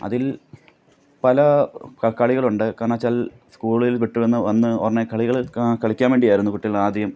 അതിൽ പല കളികളുണ്ട് കാരണമെന്നുവെച്ചാൽ സ്കൂളിൽ വിട്ടു വന്ന് വന്ന് കളികൾ കളിക്കാൻ വേണ്ടിയായിരുന്നു കുട്ടികളാദ്യം